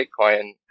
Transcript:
Bitcoin